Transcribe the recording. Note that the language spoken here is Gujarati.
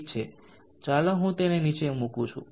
ઠીક છે ચાલો હું તેને નીચે મૂકું